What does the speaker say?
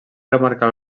remarcar